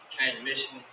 Transmission